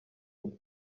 nti